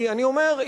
כי אני אומר,